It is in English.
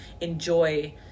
enjoy